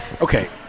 Okay